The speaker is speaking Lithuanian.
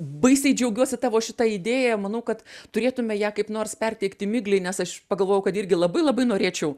baisiai džiaugiuosi tavo šita idėja manau kad turėtume ją kaip nors perteikti miglei nes aš pagalvojau kad irgi labai labai norėčiau